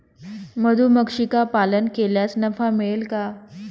मधुमक्षिका पालन केल्यास नफा मिळेल का?